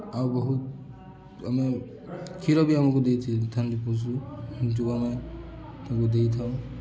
ଆଉ ବହୁତ ଆମେ କ୍ଷୀର ବି ଆମକୁ ଦେଇଥାନ୍ତି ପଶୁ ଯେଉଁ ଆମେ ତାଙ୍କୁ ଦେଇଥାଉ